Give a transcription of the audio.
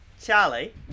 Charlie